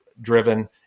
driven